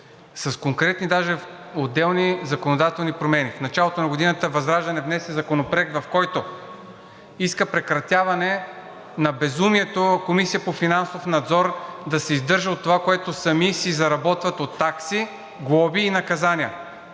с конкретни даже отделни законодателни промени. В началото на годината ВЪЗРАЖДАНЕ внесе Законопроект, в който иска прекратяване на безумието Комисията по финансов надзор да се издържа от това, което сами си заработват от такси, глоби и наказания.